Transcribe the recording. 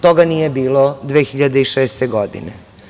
Toga nije bilo 2006. godine.